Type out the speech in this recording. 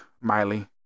Miley